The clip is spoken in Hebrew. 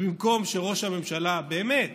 במקום שראש הממשלה באמת